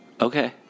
Okay